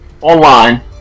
Online